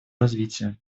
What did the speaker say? развития